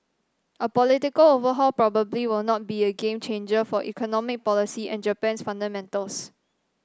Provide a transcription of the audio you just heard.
a political overhaul probably will not be a game changer for economic policy and Japan's fundamentals